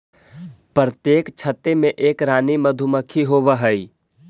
प्रत्येक छत्ते में एक रानी मधुमक्खी होवअ हई